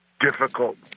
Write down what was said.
difficult